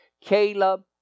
Caleb